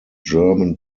german